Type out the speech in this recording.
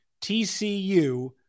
TCU